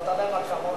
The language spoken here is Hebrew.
נתן להם אקמול,